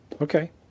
okay